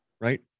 right